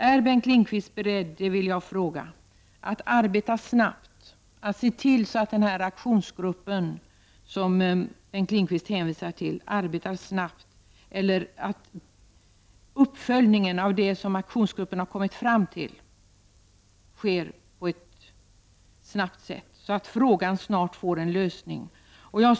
Är Bengt Lindqvist beredd att se till att den arbetsgrupp som Bengt Lindqvist hänvisar till arbetar snabbt och att uppföljningen av det som aktionsgruppen kommit fram till sker snart så att frågan får en lösning?